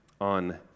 on